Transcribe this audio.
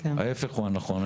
ההפך הוא הנכון,